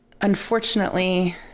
unfortunately